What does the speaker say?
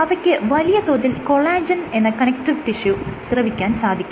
അവയ്ക്ക് വലിയ തോതിൽ കൊളാജെൻ എന്ന കണക്റ്റീവ് ടിഷ്യു സ്രവിക്കാൻ സാധിക്കും